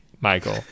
Michael